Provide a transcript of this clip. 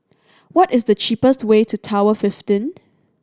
what is the cheapest way to Tower fifteen